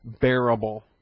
bearable